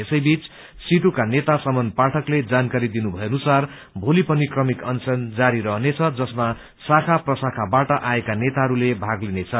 यसै बीच सीटू नेता समन पाठकले जानकारी दिनु भए अनुसार भोली पनि क्रमिक अनशन जारी रहनेछ जसमा शाखा प्रशाखाबाट आएका नेताहरूले भाग लिने छन्